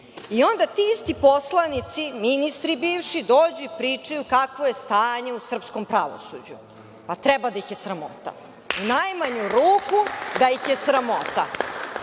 posao. Onda ti isti poslanici, bivši ministri dođu, pričaju kakvo je stanje u srpskom pravosuđu. Treba da ih je sramota. U najmanju ruku da ih je sramota.